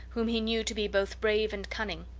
whom he knew to be both brave and cunning.